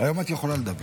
היום את יכולה לדבר.